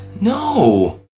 No